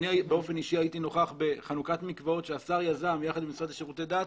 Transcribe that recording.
אישית הייתי נוכח בחנוכת מקוואות שהשר יזם יחד עם המשרד לשירותי דת